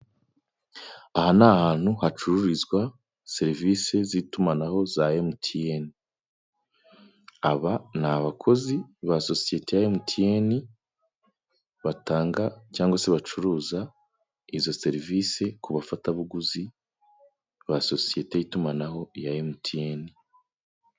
Aha ni ahantu hacururizwa serivise z'itumanaho za MTN, aba ni abakozi ba sosiyete ya MTN, batanga cyangwa se bacuruza izo serivisi ku bafatabuguzi ba sosiyete y'itumanaho ya MTN.